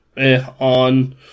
on